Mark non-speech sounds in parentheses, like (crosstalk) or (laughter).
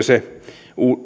(unintelligible) se